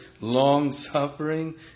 long-suffering